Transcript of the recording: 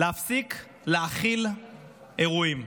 להפסיק להכיל אירועים,